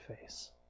face